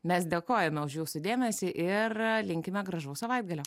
mes dėkojame už jūsų dėmesį ir linkime gražaus savaitgalio